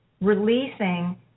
releasing